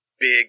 big